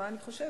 מה אני חושבת,